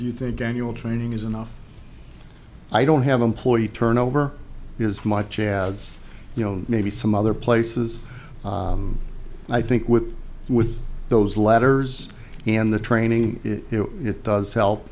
you think daniel training is enough i don't have employee turnover has much as you know maybe some other places i think with with those letters and the training it does help